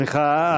סליחה,